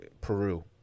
Peru